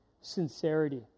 sincerity